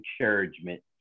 encouragement